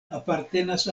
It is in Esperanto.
apartenas